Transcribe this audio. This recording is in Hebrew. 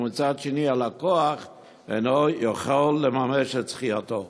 ומצד שני הלקוח אינו יכול לממש את זכייתו.